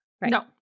No